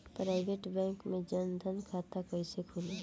Private bank मे जन धन खाता कैसे खुली?